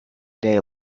day